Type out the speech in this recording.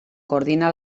coordina